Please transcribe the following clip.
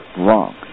wrong